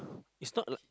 is not like